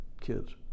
kids